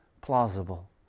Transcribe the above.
plausible